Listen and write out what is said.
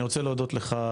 אני רוצה להודות לך,